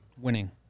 winning